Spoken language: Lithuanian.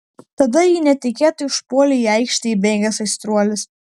tada jį netikėtai užpuolė į aikštę įbėgęs aistruolis